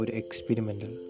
experimental